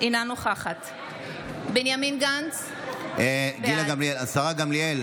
אינה נוכחת השרה גמליאל